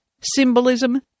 Symbolism